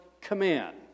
command